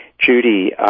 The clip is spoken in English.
Judy